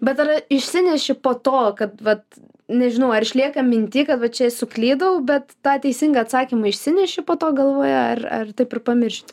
bet ar išsineši po to kad vat nežinau ar išlieka minty kad va čia suklydau bet tą teisingą atsakymą išsineši po to galvoje ar ar taip ir pamiršti